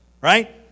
right